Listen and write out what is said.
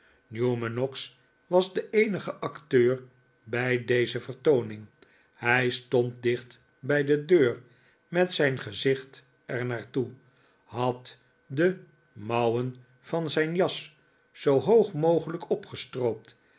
newman noggs was de eenige acteur bij deze vertooning hij stond dicht bij de deur met zijn gezicht er naar toe had de mouwen van zijn jas zoo hoog mogelijk opgestroopt